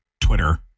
Twitter